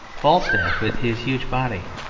falstaff with his huge body,